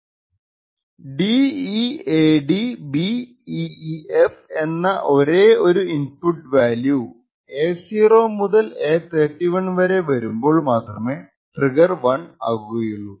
0xDEADBEEF എന്ന ഒരേ ഒരു ഇൻപുട്ട് വാല്യൂ Ao മുതൽ A31 വരെ വരുമ്പോൾ മാത്രമേ ട്രിഗർ 1 ആകുകയുള്ളു